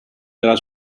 della